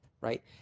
Right